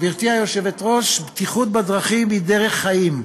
גברתי היושבת-ראש, בטיחות בדרכים היא דרך חיים,